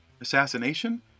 Assassination